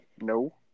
No